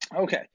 Okay